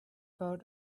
felt